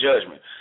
judgment